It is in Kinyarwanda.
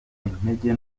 intege